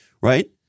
Right